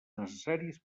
necessaris